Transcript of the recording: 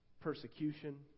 persecution